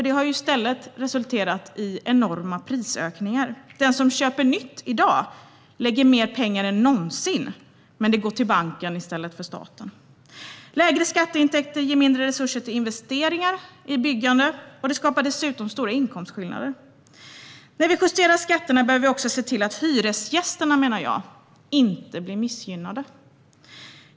Det har i stället resulterat i enorma prisökningar. Den som köper nytt i dag lägger mer pengar än någonsin, men dessa går till banken i stället för till staten. Lägre skatteintäkter ger mindre resurser till investeringar i byggande, och det skapar dessutom stora inkomstskillnader. När vi justerar skatterna behöver vi också se till att hyresgästerna inte blir missgynnade.